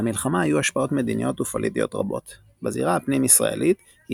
למלחמה היו השפעות מדיניות ופוליטיות רבות בזירה הפנים-ישראלית - היא